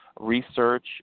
Research